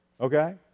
Okay